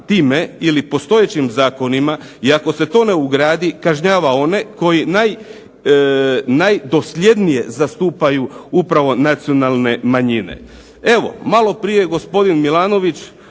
time ili postojećim zakonima i ako se to ne ugradi, kažnjava one koji najdosljednije zastupaju upravo nacionalne manjine. Evo maloprije gospodin Milanović